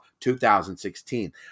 2016